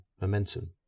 Momentum